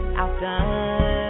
outdone